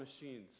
machines